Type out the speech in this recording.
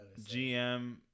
gm